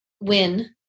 win